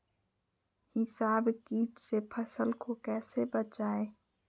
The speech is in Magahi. हिसबा किट से फसल को कैसे बचाए?